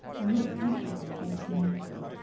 and looked anxiously at its master.